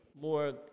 more